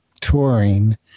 touring